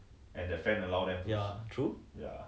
那个 swimming pool